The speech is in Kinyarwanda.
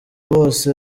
bose